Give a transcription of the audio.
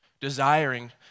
desiring